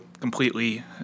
completely